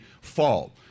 fall